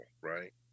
right